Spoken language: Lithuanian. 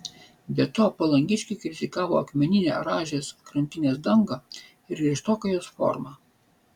be to palangiškiai kritikavo akmeninę rąžės krantinės dangą ir griežtoką jos formą